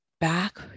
back